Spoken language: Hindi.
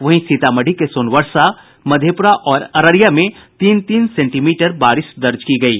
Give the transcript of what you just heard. वहीं सीतामढ़ी के सोनवर्षा मधेपुरा और अररिया में तीन तीन सेंटीमीर बारिश दर्ज की गयी